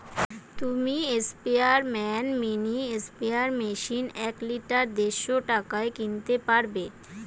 তুমি স্পেয়ারম্যান mini sprayer machine এক লিটার দেড়শ টাকায় কিনতে পারবে